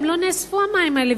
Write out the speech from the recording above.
הם לא נאספו המים האלה,